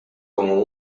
como